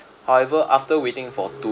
however after waiting for two